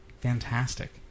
Fantastic